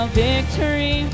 victory